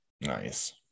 Nice